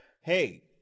hey